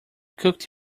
cooked